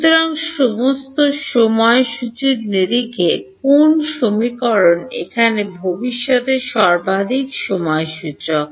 সুতরাং সমস্ত সময় সূচীর নিরিখে কোন সমীকরণ এখানে ভবিষ্যতে সর্বাধিক সময় সূচক